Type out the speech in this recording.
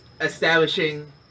establishing